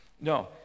No